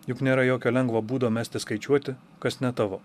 juk nėra jokio lengvo būdo mesti skaičiuoti kas ne tavo